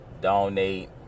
donate